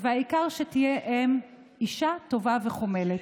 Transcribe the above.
/ והעיקר שתהיה אם / אישה טוב וחומלת.